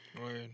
Right